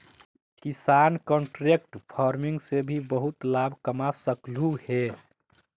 किसान contract farming से भी बहुत लाभ कमा सकलहुं हे